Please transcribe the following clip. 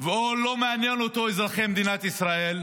ולא מעניינים אותו אזרחי מדינת ישראל,